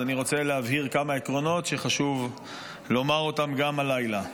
אז אני רוצה להבהיר כמה עקרונות שחשוב לומר אותם גם הלילה.